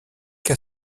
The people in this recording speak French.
qu’à